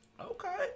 okay